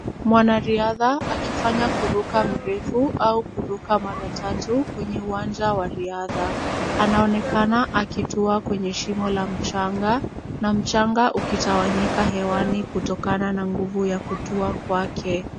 Mwanariadha akifanya kuruka mrefu au kuruka mara tatu kwenye uwanja wa riadha. Anaonekana akitua kwenye shimo la mchanga na mchanga ukitawanyika hewani kutokana na nguvu ya kutua kwake.